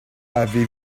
avez